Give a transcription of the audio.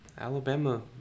Alabama